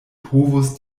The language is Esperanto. povus